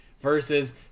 versus